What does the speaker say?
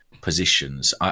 positions